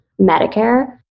Medicare